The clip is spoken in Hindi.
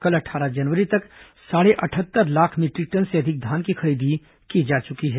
कल अट्ठारह जनवरी तक साढ़े अटहत्तर लाख मीटरिक टन से अधिक धान की खरीदी की जा चुकी है